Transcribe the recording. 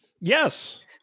Yes